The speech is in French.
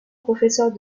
professeure